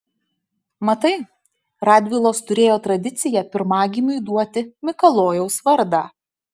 matai radvilos turėjo tradiciją pirmagimiui duoti mikalojaus vardą